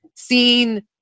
seen